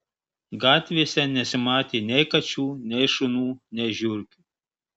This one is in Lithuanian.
gatvėse nesimatė nei kačių nei šunų nei žiurkių